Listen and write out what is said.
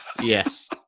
Yes